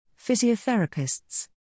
physiotherapists